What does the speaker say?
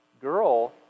girl